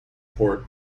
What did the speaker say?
port